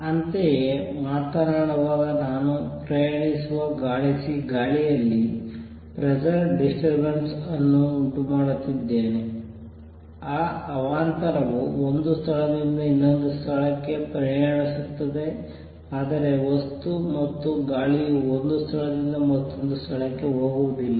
ಅಂತೆಯೇ ಮಾತನಾಡುವಾಗ ನಾನು ಪ್ರಯಾಣಿಸುವ ಗಾಳಿಯಲ್ಲಿ ಪ್ರೆಷರ್ ದಿಸ್ಟರ್ಬೆಂಸ್ ಅನ್ನು ಉಂಟುಮಾಡುತ್ತಿದ್ದೇನೆ ಆ ಅವಾಂತರವು ಒಂದು ಸ್ಥಳದಿಂದ ಇನ್ನೊಂದಕ್ಕೆ ಪ್ರಯಾಣಿಸುತ್ತದೆ ಆದರೆ ವಸ್ತು ಮತ್ತು ಗಾಳಿಯು ಒಂದು ಸ್ಥಳದಿಂದ ಮತ್ತೊಂದು ಸ್ಥಳಕ್ಕೆ ಹೋಗುವುದಿಲ್ಲ